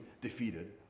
defeated